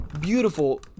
beautiful